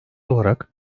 olarak